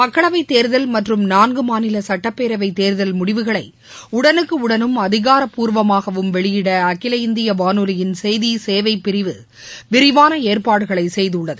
மக்களவைத்தேர்தல் மற்றும் நான்கு மாநில சுட்டப்பேரவைத் தேர்தல் முடிவுகளை உடனுக்குடனும் அதிகாரப்பூர்வமாகவும் வெளியிட அகில இந்திய வானொலியின் செய்தி சேவை பிரிவு விரிவான ஏற்பாடுகளை செய்துள்ளது